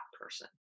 person